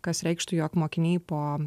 kas reikštų jog mokiniai po